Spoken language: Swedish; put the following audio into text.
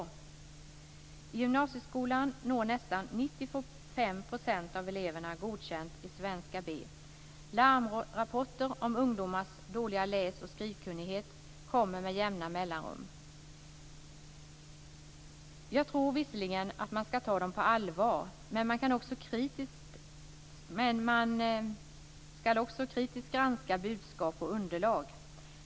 I gymnasieskolan når nästan 95 % av eleverna Godkänt i Svenska B. Larmrapporter om ungdomars dåliga läs och skrivkunnighet kommer med jämna mellanrum. Jag tror visserligen att man skall ta dem på allvar, men att man också kritiskt skall granska budskapet och underlaget.